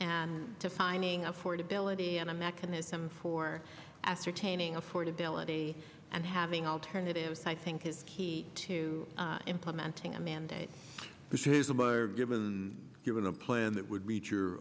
and defining affordability and a mechanism for ascertaining affordability and having alternatives i think is key to implementing a mandate given given a plan that would reach your